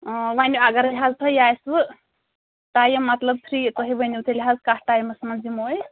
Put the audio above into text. وۅنۍ اگرے حظ تۄہہِ آسوٕ ٹایِم مطلب فرٛی تُہۍ ؤنِو تیٚلہِ حظ کَتھ ٹایمَس منٛز یِمو أسۍ